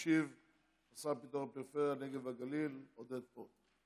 משיב השר לפיתוח הנגב והגליל עודד פורר.